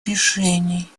решений